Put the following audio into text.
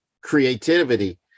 creativity